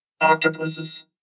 Octopuses